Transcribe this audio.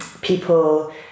people